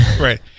right